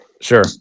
Sure